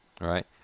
Right